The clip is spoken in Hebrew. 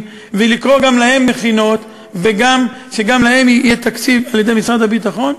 ולקרוא גם להם מכינות ושגם להם יהיה תקציב על-ידי משרד הביטחון,